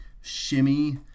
shimmy